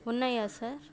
ఉన్నాయా సార్